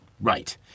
Right